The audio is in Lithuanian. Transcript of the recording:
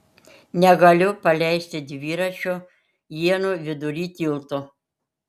negaliu paleisti dviračio ienų vidury tilto